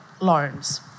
loans